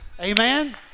amen